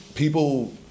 people